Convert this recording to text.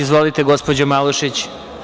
Izvolite, gospođo Malušić.